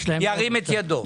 ירים את ידו.